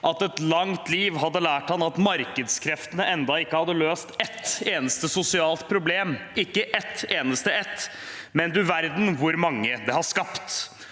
at et langt liv hadde lært ham at markedskreftene ennå ikke har løst ett eneste sosialt problem, ikke ett eneste ett, men du verden hvor mange de har skapt.